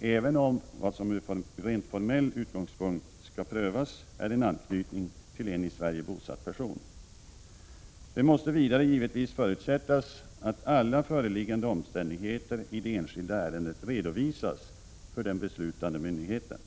även om vad som från rent formell utgångspunkt skall prövas är en anknytning till en i Sverige bosatt person. Det måste vidare givetvis förutsättas att alla föreliggande omständigheter i det enskilda ärendet redovisas för den beslutande myndigheten.